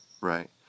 Right